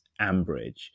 Ambridge